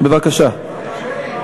בבקשה.